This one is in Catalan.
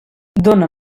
dóna